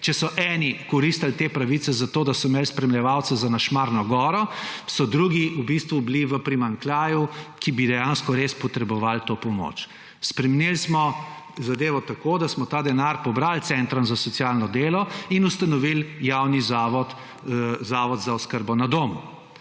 Če so eni koristili te pravice, zato da so imeli spremljevalca za na Šmarno goro, so drugi v bistvu bili v primanjkljaju, ki bi dejansko res potrebovali to pomoč. Spremenil smo zadevo tako, da smo ta denar pobrali centrom za socialno delo in ustanovili javni zavod, Zavod za oskrbo na domu,